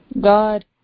God